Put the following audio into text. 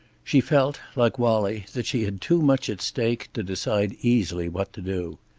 she felt, like wallie, that she had too much at stake to decide easily what to do.